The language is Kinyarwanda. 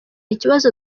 ikibazo